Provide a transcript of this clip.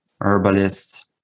herbalist